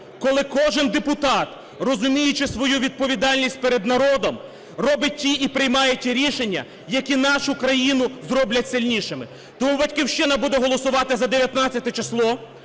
коли кожен депутат, розуміючи свою відповідальність перед народом, робить ті і приймає ті рішення, які нашу країну зроблять сильнішою. Тому "Батьківщина" буде голосувати за 19 число.